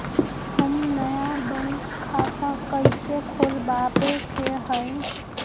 हम नया बैंक खाता कैसे खोलबाबे के है?